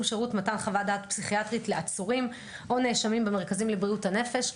שירות מתן חוות דעת פסיכיאטרית לעצורים או נאשמים במרכזים לבריאות הנפש.